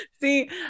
see